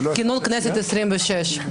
חבר הכנסת סיים את המקבץ שלו.